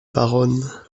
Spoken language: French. baronne